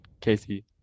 Casey